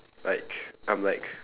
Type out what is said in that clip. like I'm like